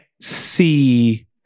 see